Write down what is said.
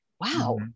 wow